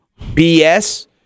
BS